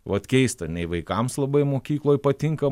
vat keista nei vaikams labai mokykloj patinka